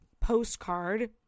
postcard